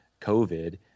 COVID